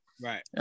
right